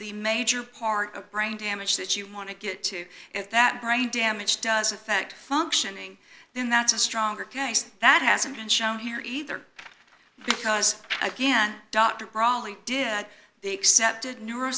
the major part of brain damage that you want to get to if that brain damage does affect functioning then that's a stronger case that hasn't been shown here either because again dr brawley did the accepted ne